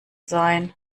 sein